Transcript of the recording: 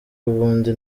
ubundi